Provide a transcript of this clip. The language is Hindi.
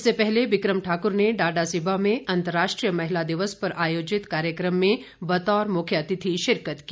इससे पहले बिक्रम ठाकुर ने डाडासीबा में अंतर्राष्ट्रीय महिला दिवस पर आयोजित कार्यक्रम में बतौर मुख्यातिथि शिरकत की